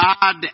God